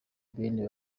ben